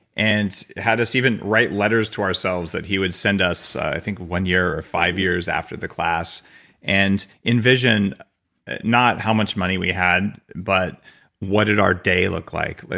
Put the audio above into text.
and had us even write letters to ourselves that he would send us i think one year or five years after the class and envision not how much money we had but what did our day look like, like